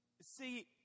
See